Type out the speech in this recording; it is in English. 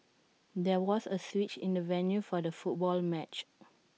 there was A switch in the venue for the football match